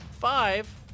Five